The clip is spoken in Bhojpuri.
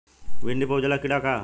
भिंडी पर उजला कीड़ा का है?